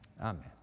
Amen